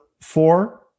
four